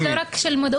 לא רק במודעות,